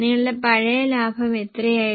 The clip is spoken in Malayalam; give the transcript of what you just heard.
നിങ്ങളുടെ പഴയ ലാഭം എത്രയായിരുന്നു